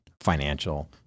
Financial